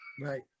Right